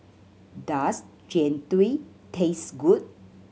does Jian Dui taste good